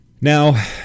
Now